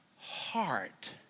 heart